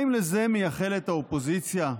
האם לזה מייחלת האופוזיציה?